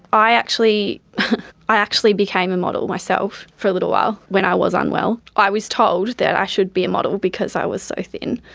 i actually i actually became a model myself for a little while when i was unwell. i was told that i should be a model because i was so thin.